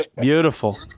Beautiful